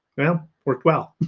well worked well.